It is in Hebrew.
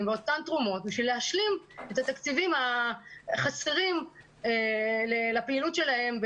ואותן תרומות בשביל להשלים את התקציבים החסרים לפעילות שלהם,